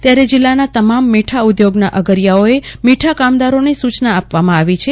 ત્યારે જિલ્લાના તમામ મીઠા ઉદ્યોગના અગરીયાઓએ મીઠા કામદારોને સૂચના આપવામાં આવી છે